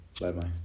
Bye-bye